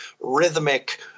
rhythmic